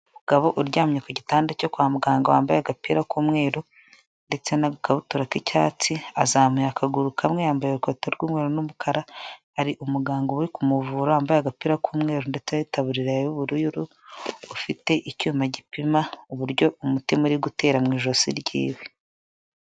Umugabo uryamye ku gitanda cyo kwa muganga wambaye agapira k'umweru ndetse n'agakabutura k'icyatsi azamuye akaguru kamwe yambaye urukweta rw'umweru n'umukara, ari umuganga we kumuvura wambaye agapira k'umweru ndetse yitaburiya y'ubururu ufite icyuma gipima uburyo umutima uri gutera mu ijosi ryiwe.